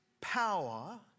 power